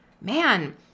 man